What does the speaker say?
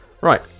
Right